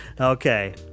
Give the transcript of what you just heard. Okay